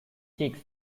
cheeks